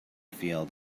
field